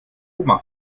oma